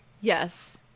Yes